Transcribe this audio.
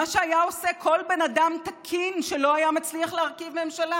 מה שהיה עושה כל בן אדם תקין שלא היה מצליח להרכיב ממשלה,